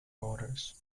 motors